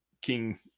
king